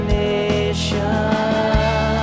nation